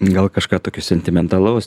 gal kažką tokio sentimentalaus